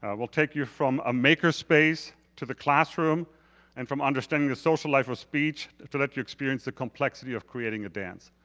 we'll take you from a maker space to the classroom and from understanding the social life of speech to let you experience the complexity of creating a dance.